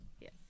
Yes